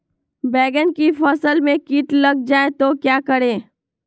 बैंगन की फसल में कीट लग जाए तो क्या करें?